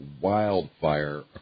wildfire